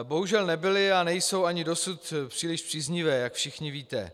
Bohužel nebyly a nejsou ani dosud příliš příznivé, jak všichni víte.